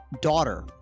daughter